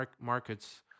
markets